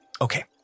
Okay